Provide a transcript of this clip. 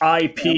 IP